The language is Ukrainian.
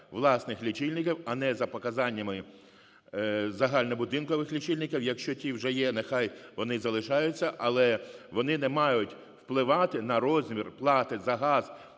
власних лічильників, а не за показаннями загальнобудинкових лічильників. Якщо ті вже є, нехай вони залишаються, але вони не мають впливати на розмір плати за газ